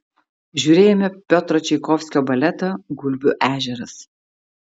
žiūrėjome piotro čaikovskio baletą gulbių ežeras